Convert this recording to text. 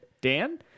Dan